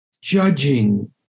judging